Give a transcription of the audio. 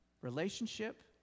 relationship